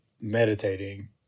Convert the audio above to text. meditating